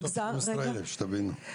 אלפיים מתוך 12 אלף, שתבינו.